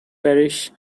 parish